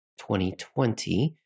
2020